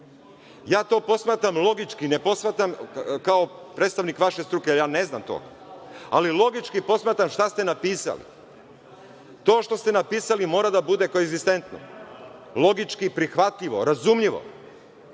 Ja to posmatram logički, ne posmatram kao predstavnik vaše struke, ja ne znam to, ali logički posmatram šta ste napisali. To što ste napisali mora da bude koegzistentno, logički prihvatljivo, razumljivo,